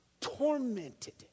tormented